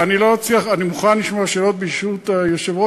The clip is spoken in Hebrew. אני מוכן לשמוע שאלות ברשות היושב-ראש,